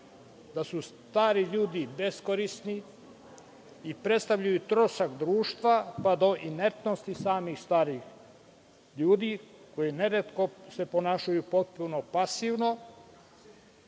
da su stariji ljudi beskorisni i predstavljaju trošak društva, pa do inertnosti samih starih ljudi koji se neretko ponašaju potpuno pasivno